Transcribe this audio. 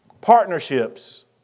Partnerships